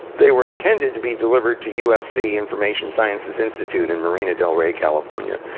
they were intended to be delivered to usc information sciences institute in marina del rey, california,